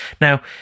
now